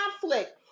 conflict